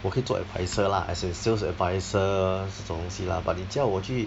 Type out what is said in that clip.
我可以做 adviser lah as in sales adviser 这种东西 lah but 你叫我去